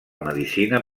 medicina